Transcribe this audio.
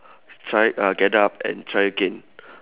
try uh get up and try again